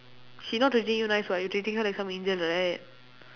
she not treating you nice [what] you treating her like some angel like that